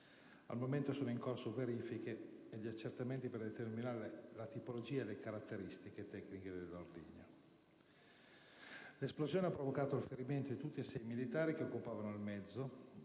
Al momento sono in corso le verifiche e gli accertamenti per determinare la tipologia e le caratteristiche tecniche dell'ordigno. L'esplosione ha provocato il ferimento di tutti i sei militari che occupavano il mezzo,